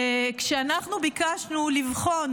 אנחנו ביקשנו לבחון